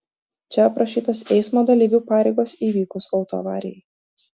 čia aprašytos eismo dalyvių pareigos įvykus autoavarijai